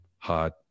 hot